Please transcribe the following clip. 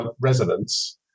resonance